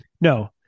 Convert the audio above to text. No